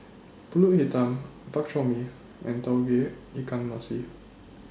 Pulut Hitam Bak Chor Mee and Tauge Ikan Masin